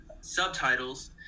subtitles